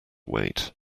wait